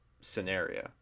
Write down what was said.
scenario